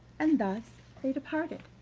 and thus they departed.